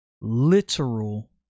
literal